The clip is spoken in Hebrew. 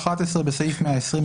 (11) בסעיף 120,